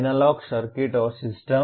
analogue circuit और system